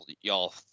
y'all